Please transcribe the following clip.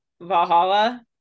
Valhalla